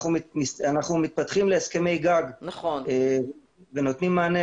אנחנו מתפתחים להסכמי גג ונותנים מענה.